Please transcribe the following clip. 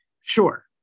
Sure